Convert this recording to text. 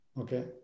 Okay